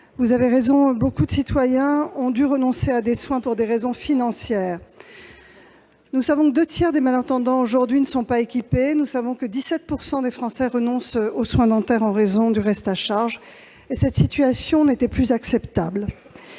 Vous avez raison, de nombreux citoyens ont dû renoncer à des soins pour des raisons financières. Nous savons que deux tiers des malentendants aujourd'hui ne sont pas équipés et que 17 % des Français renoncent aux soins dentaires en raison du reste à charge. Cette situation n'était plus acceptable.